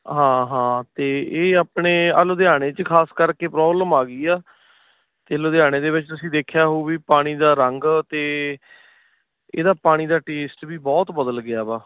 ਹਾਂ ਹਾਂ ਅਤੇ ਇਹ ਆਪਣੇ ਆਹ ਲੁਧਿਆਣੇ 'ਚ ਖਾਸ ਕਰਕੇ ਪ੍ਰੋਬਲਮ ਆ ਗਈ ਆ ਅਤੇ ਲੁਧਿਆਣੇ ਦੇ ਵਿੱਚ ਤੁਸੀਂ ਦੇਖਿਆ ਹੋਊ ਵੀ ਪਾਣੀ ਦਾ ਰੰਗ ਅਤੇ ਇਹਦਾ ਪਾਣੀ ਦਾ ਟੇਸਟ ਵੀ ਬਹੁਤ ਬਦਲ ਗਿਆ ਹੈ